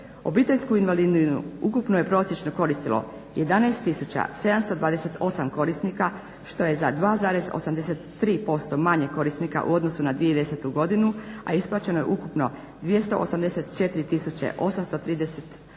Obiteljsku invalidninu ukupno je prosječno koristilo 11 tisuća 728 korisnika što je za 2,83% manje korisnika u odnosu na 2010. godinu, a isplaćeno je ukupno 284 milijuna